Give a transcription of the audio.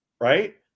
Right